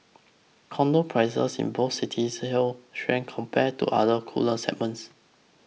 Condo prices in both cities held strength compared to other cooler segments